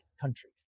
country